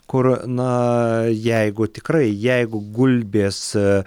kur na jeigu tikrai jeigu gulbės